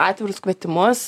atvirus kvietimus